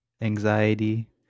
anxiety